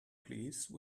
please